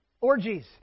Orgies